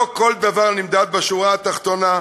לא כל דבר נמדד בשורה התחתונה,